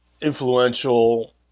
Influential